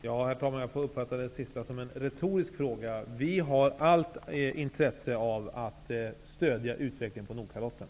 Herr talman! Jag får uppfatta det sista som en retorisk fråga. Vi har allt intresse av att stödja utvecklingen på Nordkalotten.